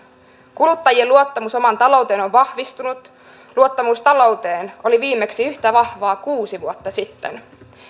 kuluttajien luottamus omaan talouteen on vahvistunut luottamus talouteen oli viimeksi yhtä vahvaa kuusi vuotta sitten